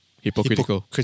hypocritical